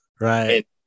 Right